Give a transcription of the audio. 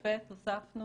9ב הוספנו